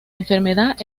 enfermedad